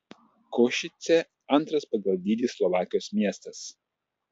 košicė antras pagal dydį slovakijos miestas